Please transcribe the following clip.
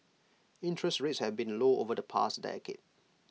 interest rates have been low over the past decade